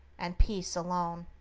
and peace alone?